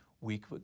Weak